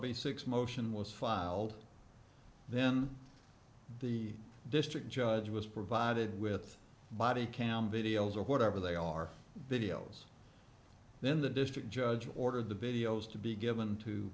dollars motion was filed then the district judge was provided with body cam videos or whatever they are videos then the district judge ordered the videos to be given to